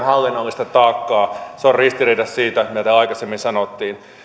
hallinnollista taakkaa se on ristiriidassa sen kanssa mitä aikaisemmin sanottiin